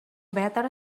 better